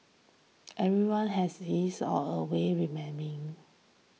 everyone has his or her way